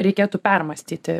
reikėtų permąstyti